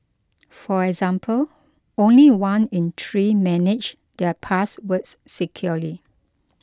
for example only one in three manage their passwords securely